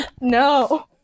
No